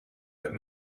but